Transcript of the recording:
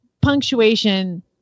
punctuation